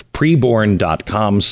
Preborn.com